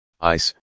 ice